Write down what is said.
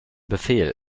befehl